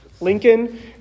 Lincoln